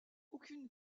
aucune